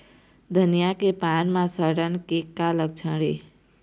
धनिया के पान म सड़न के का लक्षण ये?